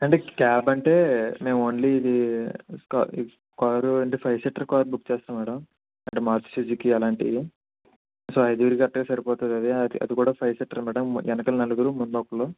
అండి క్యాబ్ అంటే మేము ఓన్లీ ఇది కా కారు అంటే ఫైవ్ సీటర్ కార్ బుక్ చేస్తా మేడమ్ అంటే మారుతి సుజుకి అలాంటివి సో ఐదు వేలు గట్టా సరిపోతుంది అది కూడా ఫైవ్ సీటర్ మేడమ్ వెనకల నలుగురు ముందర ఒకరు